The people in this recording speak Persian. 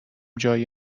جای